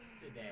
today